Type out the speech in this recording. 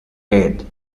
aired